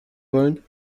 wollen